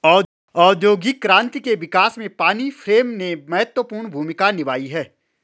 औद्योगिक क्रांति के विकास में पानी फ्रेम ने महत्वपूर्ण भूमिका निभाई है